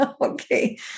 Okay